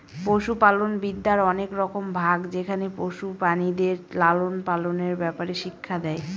পশুপালনবিদ্যার অনেক রকম ভাগ যেখানে পশু প্রাণীদের লালন পালনের ব্যাপারে শিক্ষা দেয়